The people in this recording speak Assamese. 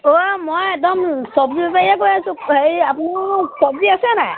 অ' মই একদম চব্জি বেপাৰীয়ে কৈ আছোঁ হেৰি আপোনাৰ চব্জি আছেনে